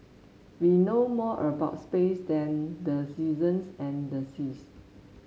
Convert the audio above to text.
we know more about space than the seasons and the seas